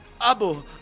Abu